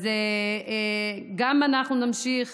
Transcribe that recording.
אז גם אנחנו נמשיך